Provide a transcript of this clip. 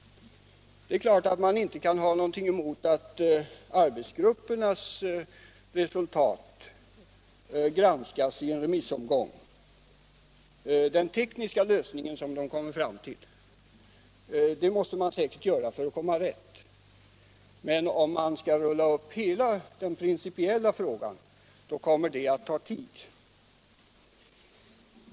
Det är klart att man inte kan ha någonting emot att den tekniska lösning som arbetsgrupperna kommer fram till granskas i en remissomgång. Det är säkert något som måste göras. Men att rulla upp hela den principiella frågan kommer att ta tid.